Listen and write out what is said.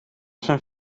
zijn